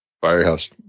Firehouse